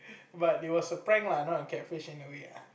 but it was a prank lah not a catfish anyway ah